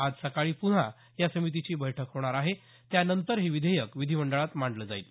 आज सकाळी पुन्हा या समितीची बैठक होणार आहे त्यानंतर हे विधेयक विधीमंडळात मांडलं जाईल